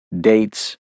dates